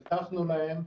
הבטחנו להם,